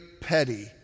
petty